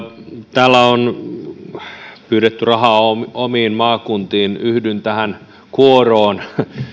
täällä on pyydetty rahaa omiin maakuntiin yhdyn tähän kuoroon